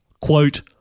Quote